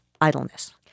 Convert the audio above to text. idleness